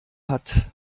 hat